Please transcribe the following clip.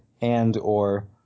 and/or